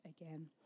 again